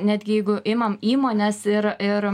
netgi jeigu imam įmones ir ir